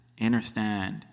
understand